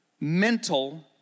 mental